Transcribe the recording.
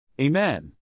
Amen